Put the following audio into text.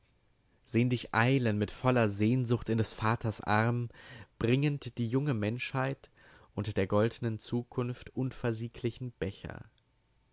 sehen dich eilen mit voller sehnsucht in des vaters arm bringend die junge menschheit und der goldnen zukunft unversieglichen becher